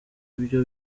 ibyo